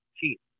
cheap